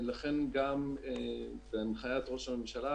לכן גם בהנחיית ראש הממשלה,